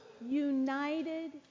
united